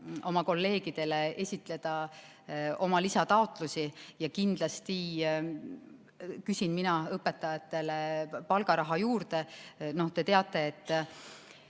kolleegidele esitleda oma lisataotlusi. Kindlasti küsin mina õpetajatele palgaraha juurde. Te teate, et